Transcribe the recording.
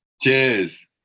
Cheers